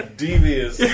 devious